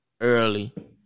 early